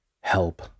help